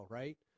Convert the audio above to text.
right